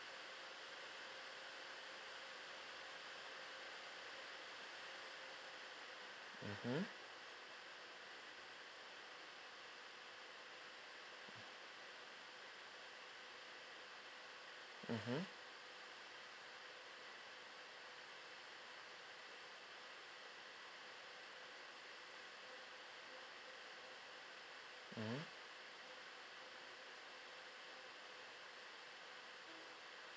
mmhmm mmhmm mm